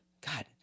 God